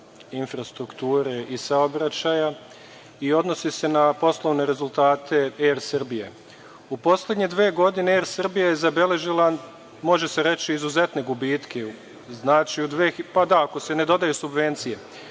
infrastrukture i saobraćaja i odnosi se na poslovne rezultate ER Srbija. U poslednje dve godine je ER Srbija je zabeležila, može se reći, izuzetne gubitke, ako se ne dodaju subvencije,